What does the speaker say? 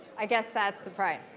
i guess that's right.